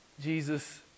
Jesus